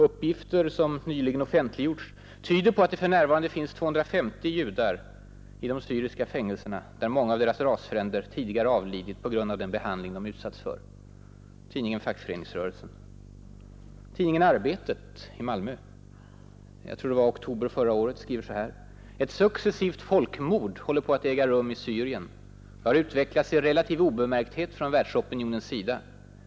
——— Uppgifter som nyligen offentliggjorts, tyder på att det för närvarande finns 250 judar i de syriska fängelserna, där många av deras rasfränder tidigare avlidit på grund av den behandling de utsatts för.” Tidningen Arbetet i Malmö skrev förra året: ”Ett successivt folkmord Nr 57 håller på att äga rum i Syrien. Det har utvecklats i relativ obemärkthet Torsdagen den från världsopinionens sida.